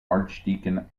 archdeacon